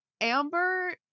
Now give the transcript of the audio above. Amber